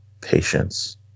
Patience